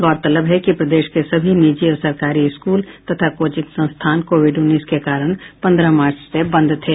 गौरतलब है कि प्रदेश के सभी निजी और सरकारी स्कूल तथा कोचिंग संस्थान कोविड उन्नीस के कारण पंद्रह मार्च से बंद थे